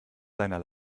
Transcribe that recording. seiner